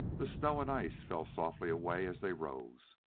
the snow and ice fell softly away as they rose.